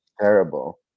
terrible